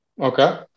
Okay